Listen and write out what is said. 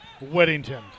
Weddington